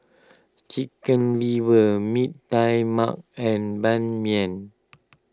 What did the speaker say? Chicken Liver Mee Tai Mak and Ban Mian